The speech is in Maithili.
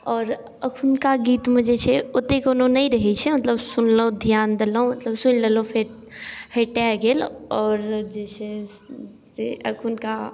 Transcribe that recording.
आओर एखनका गीतमे जे छै ओतेक कोनो नहि रहै छै मतलब सुनलहुँ ध्यान देलहुँ मतलब सुनि लेलहुँ फेर हटाए गेल आओर जे छै से एखनका